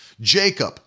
Jacob